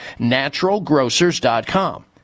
naturalgrocers.com